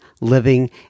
living